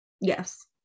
yes